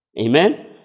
Amen